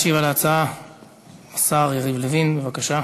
ישיב על ההצעה השר יריב לוין, בבקשה.